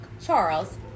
Charles